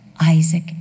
Isaac